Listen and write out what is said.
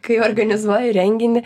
kai organizuoju renginį